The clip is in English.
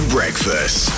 Breakfast